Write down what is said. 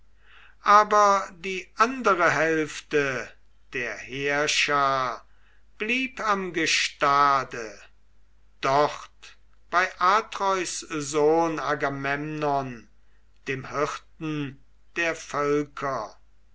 aber die andere hälfte der heerschar blieb am gestade dort bei atreus sohn agamemnon dem hirten der völker